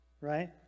right